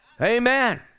Amen